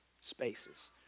spaces